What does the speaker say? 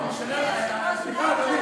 סליחה, אדוני.